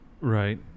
Right